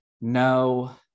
No